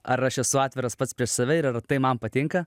ar aš esu atviras pats prieš save ir ar tai man patinka